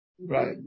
Right